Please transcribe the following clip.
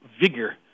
vigor